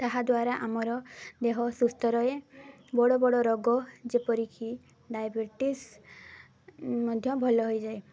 ତାହାଦ୍ୱାରା ଆମର ଦେହ ସୁସ୍ଥ ରହେ ବଡ଼ ବଡ଼ ରୋଗ ଯେପରିକି ଡାଇବେଟିସ୍ ମଧ୍ୟ ଭଲ ହୋଇଯାଏ